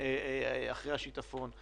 אחרי השיטפון,